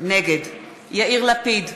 נגד יאיר לפיד,